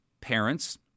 parents